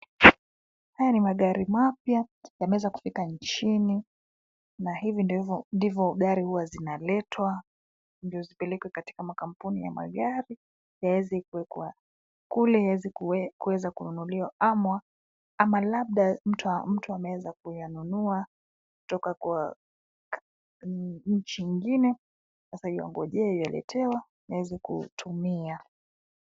Haya ni magari mapya, yameweza kufika nchini, na hivi ndivyo gari hua zinaletwa ndio zipelekwe katika kampuni za magari yaweze kuwekwa kule yaweze kuweza kununuliwa. Ama labda mtu ameweza kuyanunua toka kwa nchi ingine sasa yuwangojea yuwaletewa aweze kutumia.